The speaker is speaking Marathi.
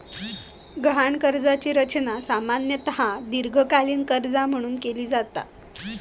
गहाण कर्जाची रचना सामान्यतः दीर्घकालीन कर्जा म्हणून केली जाता